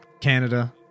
Canada